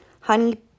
Honey